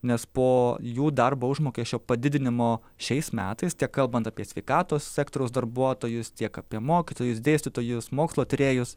nes po jų darbo užmokesčio padidinimo šiais metais tiek kalbant apie sveikatos sektoriaus darbuotojus tiek apie mokytojus dėstytojus mokslo tyrėjus